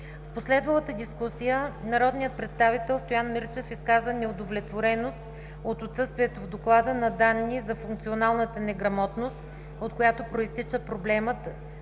В последвалата дискусия народният представител Стоян Мирчев изказа неудовлетвореност от отсъствието в доклада на данни за функционалната неграмотност, от която произтича проблемът